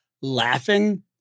laughing